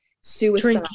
suicide